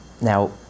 now